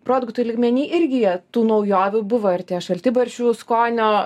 produktų lygmenyj irgi jie tų naujovių buvo ir tie šaltibarščių skonio